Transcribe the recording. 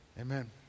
Amen